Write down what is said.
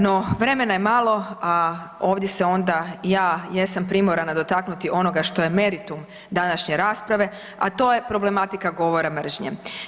No, vremena je malo, a ovdje se onda ja jesam primorana dotaknuti onoga što je meritum današnje rasprave, a to je problematika govora mržnje.